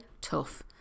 tough